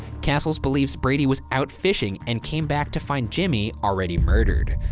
castles believes brady was out fishing and came back to find jimmy already murdered.